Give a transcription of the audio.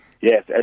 Yes